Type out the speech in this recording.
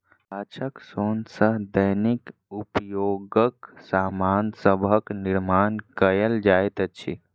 गाछक सोन सॅ दैनिक उपयोगक सामान सभक निर्माण कयल जाइत अछि